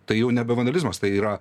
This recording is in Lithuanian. tai jau nebe vandalizmas tai yra